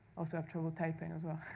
also, i have trouble typing as well.